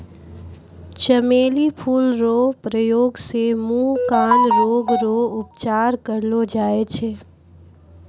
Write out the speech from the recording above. चमेली फूल रो प्रयोग से मुँह, कान रोग रो उपचार करलो जाय छै